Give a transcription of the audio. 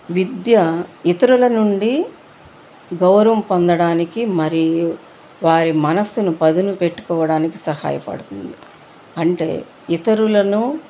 విద్య ఇతరుల నుండి గౌరవం పొందడానికి మరియు వారి మనస్సును పదునుపెట్టుకోవడానికి సహాయపడుతుంది అంటే ఇతరులను